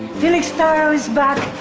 felix is back.